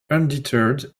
undeterred